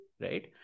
right